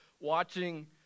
watching